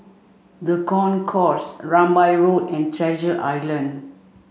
the Concourse Rambai Road and Treasure Island